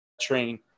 train